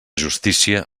justícia